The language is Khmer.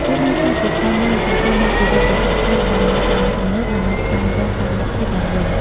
វាបានក្លាយជាផ្នែកមួយដ៏សំខាន់នៃជីវិតប្រចាំថ្ងៃរបស់មនុស្សសម័យទំនើបដើម្បីស្វែងរកតុល្យភាពឡើងវិញ។